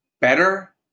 better